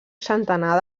centenar